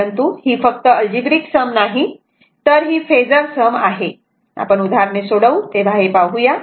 परंतु ही फक्त अल्जिब्रिक सम नाही तर ही फेजर सम आहे आपण उदाहरणे सोडवू तेव्हा हे पाहूया